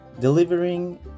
Delivering